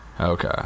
Okay